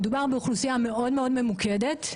מדובר באוכלוסייה מאוד-מאוד ממוקדת,